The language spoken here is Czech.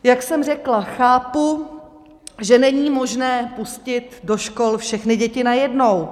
Jak jsem řekla, chápu, že není možné pustit do škol všechny děti najednou.